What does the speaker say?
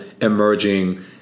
emerging